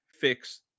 fix